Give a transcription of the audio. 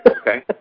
Okay